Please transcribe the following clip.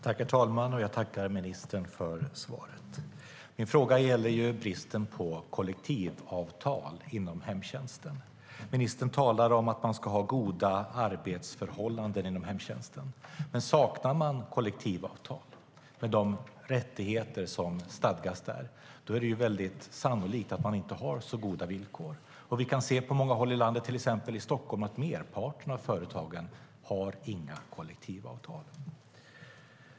Herr talman! Jag tackar ministern för svaret. Min fråga gällde bristen på kollektivavtal inom hemtjänsten. Ministern talar om att man ska ha goda arbetsförhållanden inom hemtjänsten, men saknar man kollektivavtal och de rättigheter som stadgas där är det ju sannolikt att man inte har så goda villkor. Vi kan på många håll i landet, till exempel i Stockholm, se att merparten av företagen inte har några kollektivavtal.